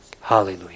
Hallelujah